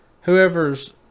whoever's